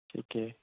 ঠিকেই